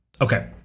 Okay